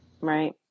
Right